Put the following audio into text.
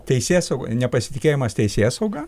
teisėsauga nepasitikėjimas teisėsauga